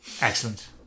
Excellent